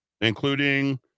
including